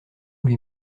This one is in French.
lui